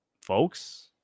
folks